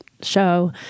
show